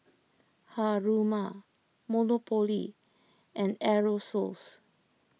Haruma Monopoly and Aerosoles